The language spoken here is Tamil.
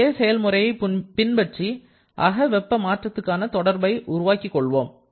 இதே செயல் முறையை பின்பற்றி அகவெப்ப மாற்றத்துக்கான தொடர்பை உருவாக்கிக் கொள்வோம்